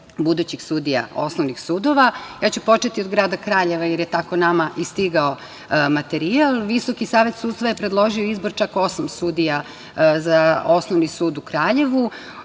budućih sudija osnovnih sudova. Ja ću početi od grada Kraljeva, jer je tako nama i stigao materijal. Visoki savet sudstva je predložio izbor čak osam sudija za Osnovni sud u Kraljevu.